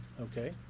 okay